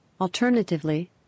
alternatively